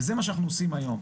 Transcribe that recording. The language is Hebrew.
וזה מה שאנחנו עושים היום.